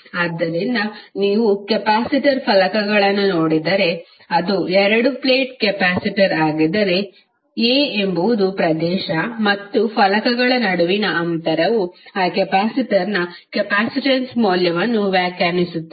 ಆದ್ದರಿಂದ ನೀವು ಕೆಪಾಸಿಟರ್ ಫಲಕಗಳನ್ನು ನೋಡಿದರೆ ಅದು ಎರಡು ಪ್ಲೇಟ್ ಕೆಪಾಸಿಟರ್ ಆಗಿದ್ದರೆ A ಎಂಬುದು ಪ್ರದೇಶ ಮತ್ತು ಫಲಕಗಳ ನಡುವಿನ ಅಂತರವು ಆ ಕೆಪಾಸಿಟರ್ನ ಕೆಪಾಸಿಟನ್ಸ್ ಮೌಲ್ಯವನ್ನು ವ್ಯಾಖ್ಯಾನಿಸುತ್ತದೆ